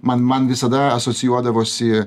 man man visada asocijuodavosi